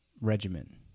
regiment